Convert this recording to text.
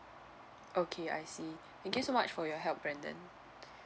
okay I see thank you so much for your help brendan